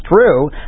true